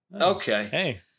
Okay